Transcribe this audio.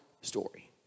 story